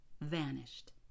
vanished